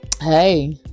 hey